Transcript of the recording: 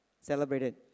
celebrated